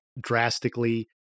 drastically